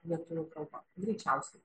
lietuvių kalba greičiausiai